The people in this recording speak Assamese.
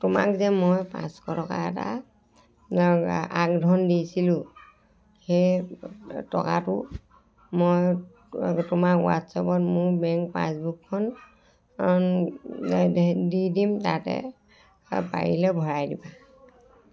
তোমাক যে মই পাঁচশ টকা এটা আগধন দিছিলোঁ সেই টকাটো মই তোমাৰ হোৱাটছএপত মোৰ বেংক পাছবুকখন দি দিম তাতে পাৰিলে ভৰাই দিবা